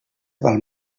val